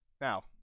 Now